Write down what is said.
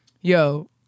yo